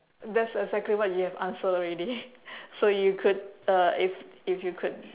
that's exactly what you have answered already so you could uh if if you could